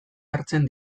hartzen